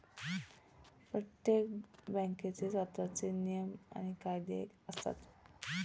प्रत्येक बँकेचे स्वतःचे नियम आणि कायदे असतात